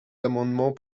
amendements